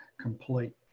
complete